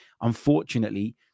unfortunately